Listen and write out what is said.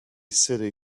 city